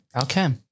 Okay